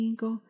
go